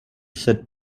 said